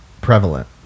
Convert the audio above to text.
prevalent